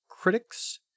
critics